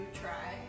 try